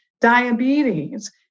diabetes